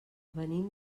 venim